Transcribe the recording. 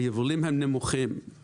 היבולים הם נמוכים,